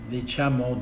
diciamo